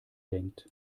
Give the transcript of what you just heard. denkt